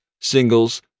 singles